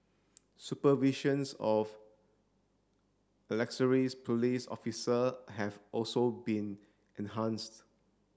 supervisions of police officer have also been enhanced